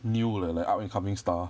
new leh like up and coming star